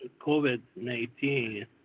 COVID-19